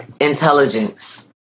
intelligence